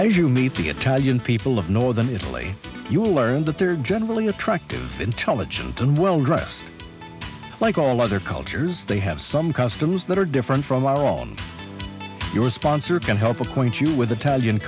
as you meet to get talian people of northern italy you'll learn that they're generally attractive intelligent and well dressed like all other cultures they have some customs that are different from our on your sponsor can help acquaint you with